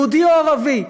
יהודי או ערבי,